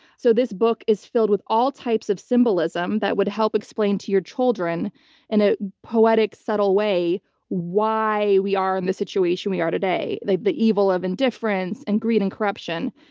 so this book is filled with all types of symbolism that would help explain to your children in a poetic, subtle way why we are in the situation we are today. the the evil of indifference and and corruption.